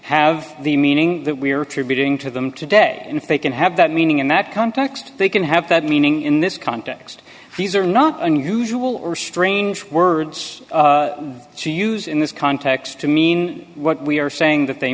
have the meaning that we are to be doing to them today and if they can have that meaning in that context they can have that meaning in this context these are not unusual or strange words to use in this context to mean what we are saying that they